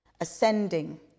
ascending